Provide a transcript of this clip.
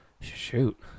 Shoot